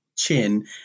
chin